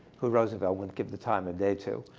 who roosevelt wouldn't give the time of day to.